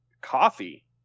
Coffee